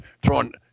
throwing